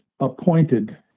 appointed